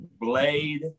Blade